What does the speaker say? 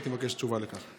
הייתי מבקש תשובה על כך.